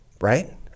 right